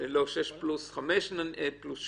שש פלוס שלוש,